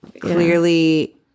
clearly